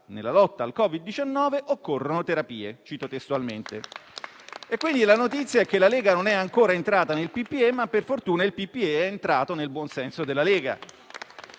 nella lotta al Covid-19, ma occorrono terapie. Quindi, la notizia è che la Lega non è ancora entrata nel PPE, ma per fortuna il PPE è entrato nel buon senso della Lega.